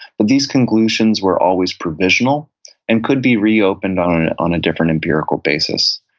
but these conclusions were always provisional and could be reopened on on a different empirical basis.